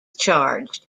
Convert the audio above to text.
charged